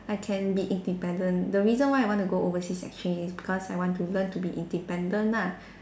I can be independent the reason why I wanna go overseas exchange is because I want to learn to be independent lah